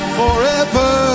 forever